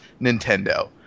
Nintendo